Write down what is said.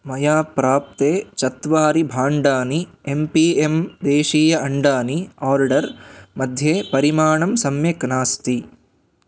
मया प्राप्ते चत्वारि भाण्डानि एम् पी एम् देशीय अण्डानि आर्डर् मध्ये परिमाणं सम्यक् नास्ति